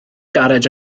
garej